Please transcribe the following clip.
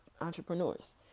entrepreneurs